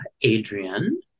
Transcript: Adrian